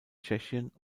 tschechien